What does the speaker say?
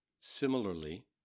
Similarly